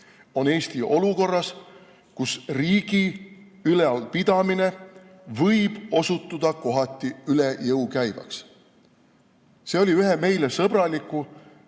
on Eesti olukorras, kus riigi ülalpidamine võib osutuda kohati üle jõu käivaks. See oli ühe meile sõbraliku,